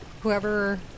whoever